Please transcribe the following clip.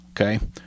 Okay